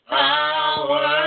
power